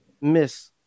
Miss